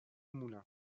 moulin